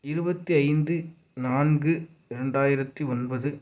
இருபத்தி ஐந்து நான்கு இரண்டாயிரத்தி ஒன்பது